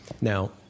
Now